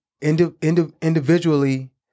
individually